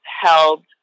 held